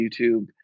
YouTube